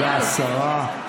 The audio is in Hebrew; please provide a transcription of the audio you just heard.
תודה, השרה.